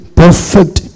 perfect